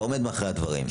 אתה עומד מאחורי הדברים.